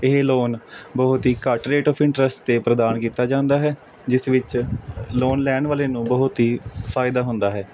ਇਹ ਲੋਨ ਬਹੁਤ ਹੀ ਘੱਟ ਰੇਟ ਆਫ ਇੰਟਰਸਟ 'ਤੇ ਪ੍ਰਦਾਨ ਕੀਤਾ ਜਾਂਦਾ ਹੈ ਜਿਸ ਵਿੱਚ ਲੋਨ ਲੈਣ ਵਾਲੇ ਨੂੰ ਬਹੁਤ ਹੀ ਫਾਇਦਾ ਹੁੰਦਾ ਹੈ